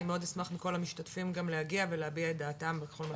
אני אשמח מכלל המשתתפים גם להגיע להביע את דעתם בכל מה